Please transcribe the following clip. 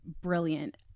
brilliant